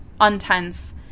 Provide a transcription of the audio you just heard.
untense